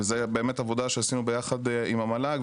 וזו באמת עבודה שעשינו ביחד עם המל"ג,